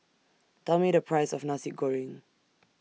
Tell Me The Price of Nasi Goreng